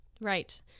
Right